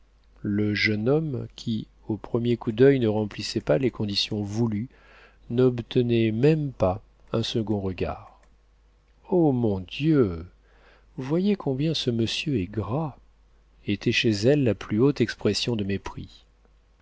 le jeune homme qui au premier coup d'oeil ne remplissait pas les conditions voulues n'obtenait même pas un second regard oh mon dieu voyez combien ce monsieur est gras était chez elle la plus haute expression du mépris